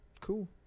Cool